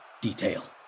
detail